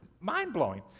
mind-blowing